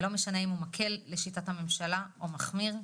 ולא משנה אם הוא מקל, לשיטת הממשלה, או מחמיר.